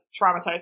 traumatized